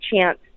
chance